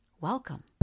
Welcome